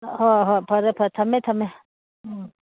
ꯍꯣꯏ ꯍꯣꯏ ꯐꯔꯦ ꯐꯔꯦ ꯊꯝꯃꯦ ꯊꯝꯃꯦ ꯎꯝ